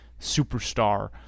superstar